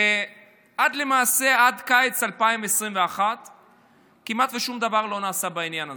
ועד קיץ 2021 כמעט שום דבר לא נעשה בעניין הזה.